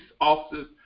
officers